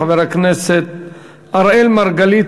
חבר הכנסת אראל מרגלית,